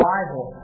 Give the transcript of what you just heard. Bible